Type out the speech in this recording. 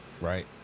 right